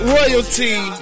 Royalty